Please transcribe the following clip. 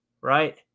right